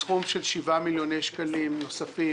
סכום של 7 מיליוני שקלים נוספים,